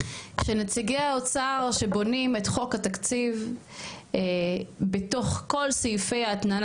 שנציגי האוצר שבונים את חוק התקציב בתוך כל סעיפי האתנן